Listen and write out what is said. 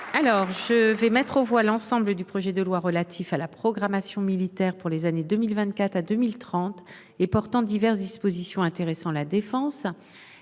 Alors je vais mettre aux voix l'ensemble du projet de loi relatif à la programmation militaire pour les années 2024 à 2030 et portant diverses dispositions intéressant la défense